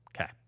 Okay